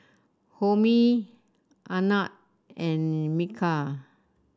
Homi Anand and Milkha